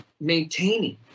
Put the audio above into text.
maintaining